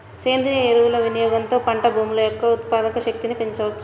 సేంద్రీయ ఎరువుల వినియోగంతో పంట భూముల యొక్క ఉత్పాదక శక్తిని పెంచవచ్చు